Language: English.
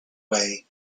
way